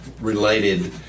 related